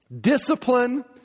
Discipline